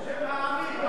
בשם העמים,